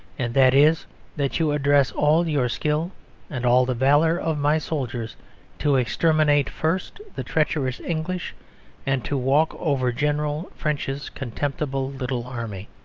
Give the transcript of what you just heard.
and that is that you address all your skill and all the valour of my soldiers to exterminate first the treacherous english and to walk over general french's contemptible little army.